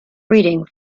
reading